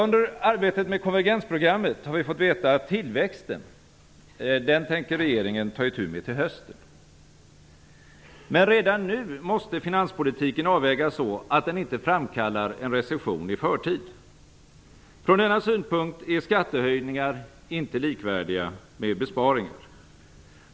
Under arbetet med konvergensprogrammet har vi fått veta att tillväxten tänker regeringen ta itu med till hösten. Men redan nu måste finanspolitiken avvägas så att den inte framkallar en recession i förtid. Från denna synpunkt är skattehöjningar inte likvärdiga med besparingar.